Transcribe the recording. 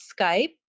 Skype